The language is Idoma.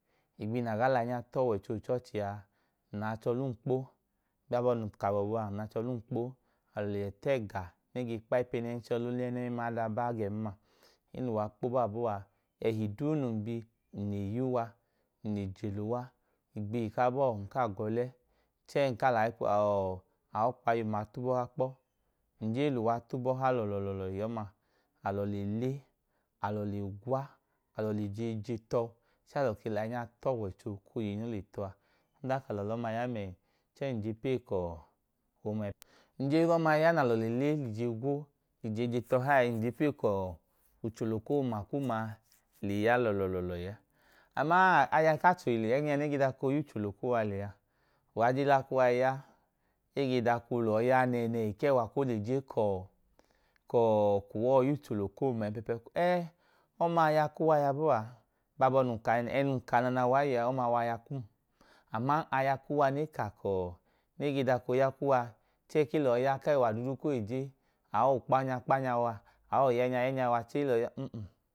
Igbihi na ga l’ainya t’ọwọicho ichọọchi aa, nla chọ lum kpo, biobọ n ka gbọbu aa nl’achọlum kpo alọ le yoẹ t’ẹẹga n kpai pẹnẹnchẹ no l’ene ml’ada bagẹm maa eluwa kpo baabọọ a ẹhi duu num biaa nle yua nle jeluwa igbihi kabọọ a nkaa gọlẹ chẹẹ nkaa l’ọkpa iyumma tubọha kpọ, nje luwa tuboha lọlọlọlọhi ọma, alọ lele, alọ le gwa, alọ l’ije je tọọ chẹẹ alo ke l’anya t’owoicho koyei no le tọọ a. Odan ka lọ lọma yame chẹẹ nje pee kọọ nje l’o̱ma ya na lọ le lije gwo l’ije je tọha ẹẹ nje pee kọọ uchulo kooma kum a le ya lọlọlọlọhi ẹẹ. Amaa aya k’achohile ẹgẹnya nege dako. Y’uchulo kuwa lẹya, uwa je l’akuwa ya ege ako lọọya nẹnẹhi kẹẹwa koleje kọọ kọọ kuwa yoi y’uchiulo loo ma ẹpẹpẹ ẹẹ ọma aya kuwa yabooa ẹnum ka anana waayẹ ọma waya kum. Aman eya kuwa neka kọọ nege, dakoye kuwa chẹẹ kee lọọ ya k’ẹwa dudu kee leje, aokpanya kpanya wa, aoyẹnya yẹnya wa chẹẹ elọọ ya nn.